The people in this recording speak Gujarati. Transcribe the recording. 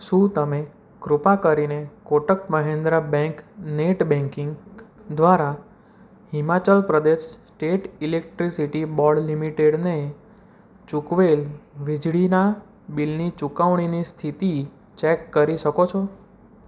શું તમે કૃપા કરીને Kotak Mahindra bank net banking દ્વારા Himachal Pradesh state electricity board લિમિટેડને ચૂકવેલ વીજળીના બિલની ચુકવણીની સ્થિતિ ચેક કરી શકો છો